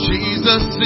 Jesus